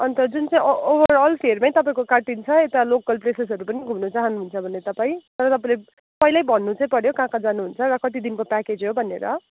अन्त जुन चाहिँ ओ ओभर अल फेयरमै तपाईँको काटिन्छ यता लोकल प्लेसेसहरू पनि घुम्न चाहनुहुन्छ भने तपाईँ तर तपाईँले पहिल्यै भन्नु चाहिँ पऱ्यो कहाँ कहाँ जानुहुन्छ र कति दिनको प्याकेज हो भनेर